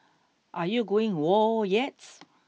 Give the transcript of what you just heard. are you going whoa yet